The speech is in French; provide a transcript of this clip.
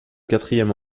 quatrième